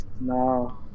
No